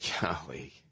Golly